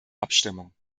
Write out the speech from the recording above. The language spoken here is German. abstimmung